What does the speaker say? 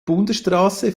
bundesstraße